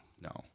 No